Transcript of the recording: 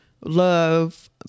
love